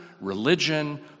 religion